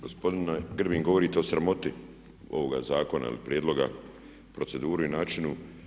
Gospodine Grbin, govorite o sramoti ovoga zakona ili prijedloga, proceduri i načinu.